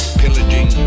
pillaging